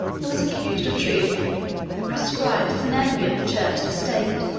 he was accused of treason proscribed as an enemy of the church and state